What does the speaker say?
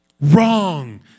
wrong